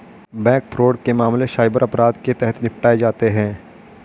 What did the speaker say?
bank fraud के मामले cyber अपराध के तहत निपटाए जाते हैं